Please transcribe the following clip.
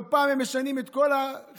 לא פעם הם משנים את כל החברה,